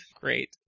Great